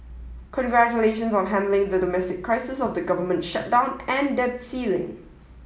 congratulations on handling the domestic crisis of the government shutdown and debt ceiling